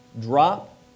drop